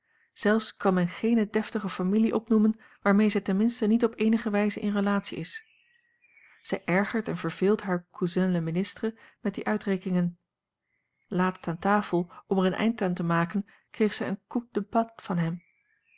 zelfs kan men geene deftige familie opnoemen waarmee zij ten minste niet op eenige wijze in relatie is zij ergert en verveelt haar cousin le ministre met die uitrekeningen laatst aan tafel om er een eind aan te maken kreeg zij een coup de patte van hem